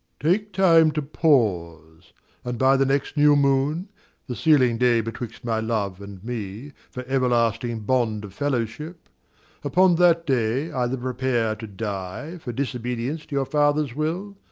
take time to pause and by the next new moon the sealing-day betwixt my love and me for everlasting bond of fellowship upon that day either prepare to die for disobedience to your father's will,